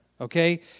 Okay